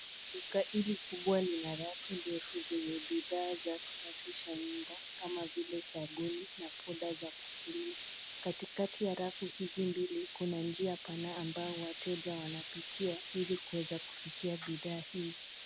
Duka hili kubwa lina rafu ndefu zenye bidhaa za kusafisha nyumba kama vile sabuni na funda ya kufulia. Katikati ya rafu hizi mbili kuna njia pana ambao wateja wanapitia ili kuweza kufikia bidhaa hii.